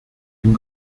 ihm